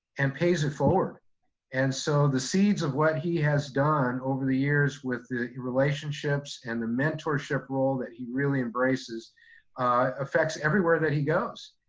and pays it forward and so the seeds of what he has done over the years with relationships and the mentorship role that he really embraces affects everywhere that he goes.